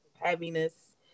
heaviness